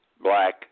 black